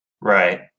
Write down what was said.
Right